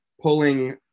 pulling